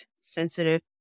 sensitive